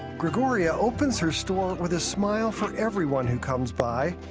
grigoria opens her store with a smile for everyone who comes by.